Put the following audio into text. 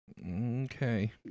Okay